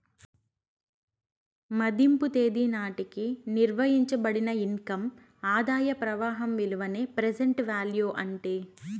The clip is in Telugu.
మదింపు తేదీ నాటికి నిర్వయించబడిన ఇన్కమ్ ఆదాయ ప్రవాహం విలువనే ప్రెసెంట్ వాల్యూ అంటీ